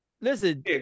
Listen